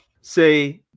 say